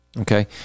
Okay